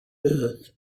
earth